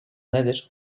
nedir